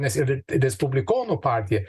nes ir respublikonų partija